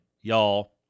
y'all